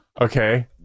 Okay